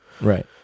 Right